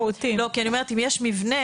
כי אני אומרת, אם יש מבנה.